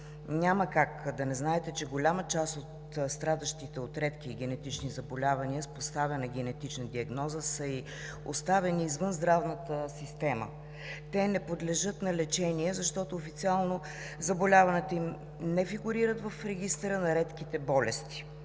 Няма как да не знаете, че голяма част от страдащите от редки и генетични заболявания, с поставена генетична диагноза, са оставени извън здравната система. Те не подлежат на лечение, защото официално заболяването им не фигурира в регистъра на редките болести.